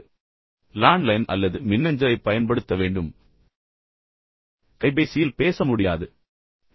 ஒன்று அவர்கள் உங்களை லேண்ட்லைனில் அழைக்க வேண்டும் அல்லது அவர்கள் மின்னஞ்சலைப் பயன்படுத்த வேண்டும் ஆனால் அவர்கள் உங்களை கைபேசியில் தொடர்பு கொள்ள முடியாது